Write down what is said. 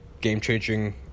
game-changing